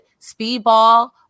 Speedball